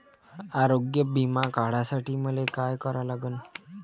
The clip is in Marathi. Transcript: आरोग्य बिमा काढासाठी मले काय करा लागन?